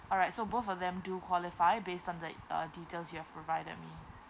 all right so both of them do qualify based on the uh details you have provided me